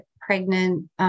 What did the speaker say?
pregnant